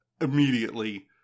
Immediately